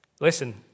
Listen